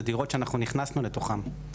אלו דירות שנכנסנו לתוכן,